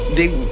big